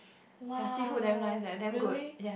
!wow! really